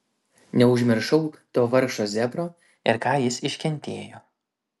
neužmiršau to vargšo zebro ir ką jis iškentėjo